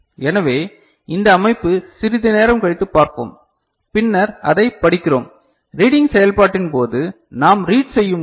எனவே இந்த அமைப்பு சிறிது நேரம் கழித்து பார்ப்போம் பின்னர் அதைப் படிக்கிறோம் ரீடிங் செயல்பாட்டின் போது நாம் ரீட் செய்யும் போது